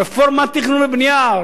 רפורמת תכנון ובנייה,